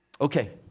Okay